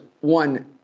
one